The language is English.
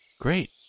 Great